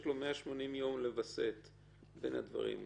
יש לו 180 יום לווסת בין הדברים.